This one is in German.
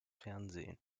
fernsehen